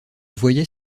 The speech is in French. voyait